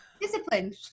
disciplined